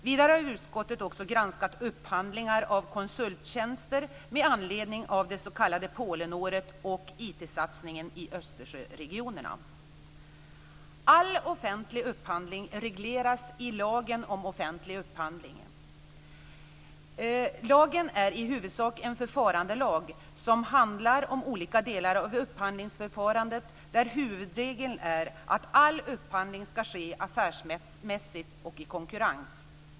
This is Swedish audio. Vidare har utskottet också granskat upphandlingar av konsulttjänster med anledning av det s.k. Polenåret och IT-satsningen i All offentlig upphandling regleras i lagen om offentlig upphandling. Lagen är i huvudsak en förfarandelag som handlar om olika delar av upphandlingsförfarandet där huvudregeln är att all upphandling ska ske affärsmässigt och i konkurrens.